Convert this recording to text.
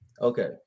okay